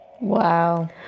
Wow